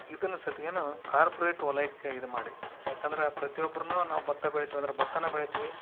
ಇದನ್ನ ಸತ್ಗೆನು ಕಾರ್ಪ್ರೆಟ್ ವಲಯಕ್ಕೆ ಇದು ಮಾಡಿ ಯಾಕಂದರೆ ಪ್ರತಿ ಒಬ್ಬರೂನು ನಾವು ಬತ್ತ ಬೆಳಿತಿವಂದರೆ ಬತ್ತನ ಬೆಳಿತೀವಿ